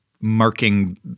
marking